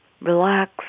relax